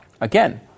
again